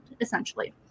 essentially